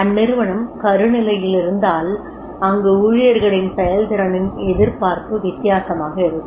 அந்நிறுவனம் கரு நிலையில் இருந்தால் அங்கு ஊழியர்களின் செயல்திறனின் எதிர்பார்ப்பு வித்தியாசமாக இருக்கும்